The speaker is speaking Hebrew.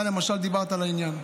אתה למשל דיברת לעניין.